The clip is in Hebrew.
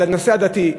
לנושא הדתי.